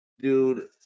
dude